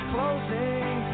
Closing